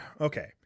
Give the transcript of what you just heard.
okay